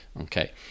okay